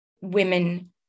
women